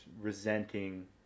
resenting